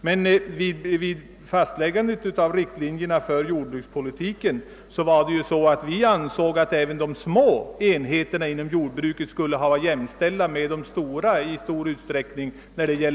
Men vid fastställandet av riktlinjerna för jordbrukspolitiken ansåg vi, att de små enheterna skulle vara jämställda med de stora i fråga